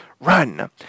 run